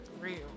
Real